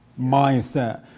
mindset